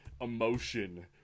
emotion